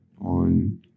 on